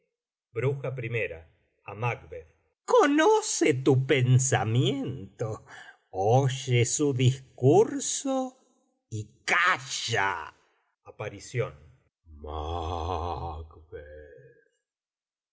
oh poder desconocido br conoce tu pensamiento oye su discurso y calla aparición